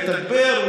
לתגבר,